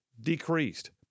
Decreased